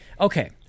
okay